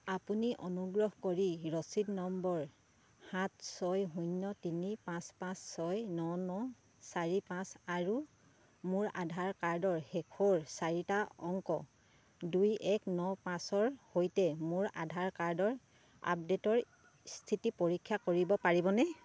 আপুনি অনুগ্ৰহ কৰি ৰচিদ নম্বৰ সাত ছয় শূন্য তিনি পাঁচ পাঁচ ছয় ন ন চাৰি পাঁচ আৰু মোৰ আধাৰ কাৰ্ডৰ শেষৰ চাৰিটা অংক দুই এক ন পাঁচৰ সৈতে মোৰ আধাৰ কাৰ্ডৰ আপডে'টৰ স্থিতি পৰীক্ষা কৰিব পাৰিবনে